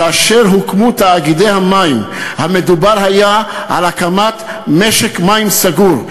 כאשר הוקמו תאגידי המים היה מדובר על הקמת משק מים סגור.